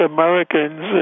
Americans